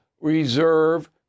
reserve